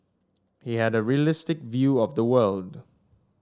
he had a realistic view of the world